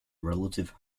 relative